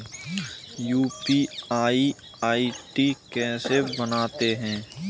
UPI ID कैसे बनाते हैं?